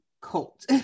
cult